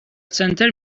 سنتر